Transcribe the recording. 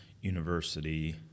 University